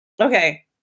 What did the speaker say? okay